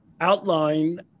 outline